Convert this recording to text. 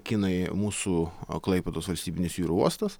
kinai mūsų klaipėdos valstybinis jūrų uostas